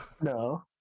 No